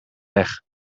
weg